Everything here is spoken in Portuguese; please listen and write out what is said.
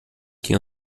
que